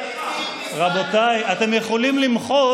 רבותיי, אתם יכולים למחות,